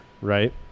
right